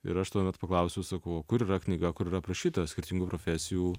ir aš tuomet paklausiau sakau o kur yra knyga kur yra aprašyta skirtingų profesijų